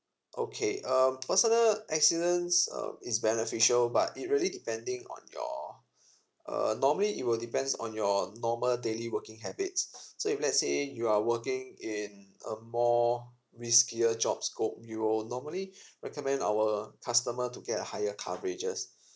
okay um personal accidents um is beneficial but it really depending on your uh normally it will depends on your normal daily working habits so if let's say you are working in a more riskier job scope we will normally recommend our customer to get a higher coverages